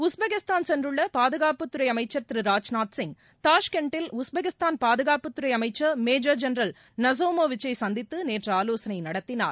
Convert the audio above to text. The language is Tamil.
உஸ்பெகிஸ்தான் சென்றுள்ள பாதுகாப்புத்துறை அமைச்சர் திரு ராஜ்நாத் சிங் தாஷ்கண்டில் உஸ்பெகிஸ்தான் பாதுகாப்புத்துறை அமைச்சர் மேஜர் ஜென்ரல் நிசாமோ விச்சை சந்தித்து நேற்று ஆவோசனை நடத்தினார்